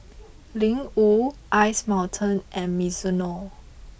Ling Wu Ice Mountain and Mizuno